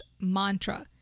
mantra